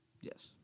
Yes